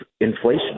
inflation